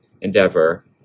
endeavor